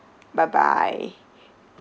bye bye